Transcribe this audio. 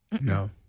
No